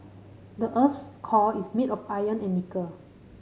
the earth's core is made of iron and nickel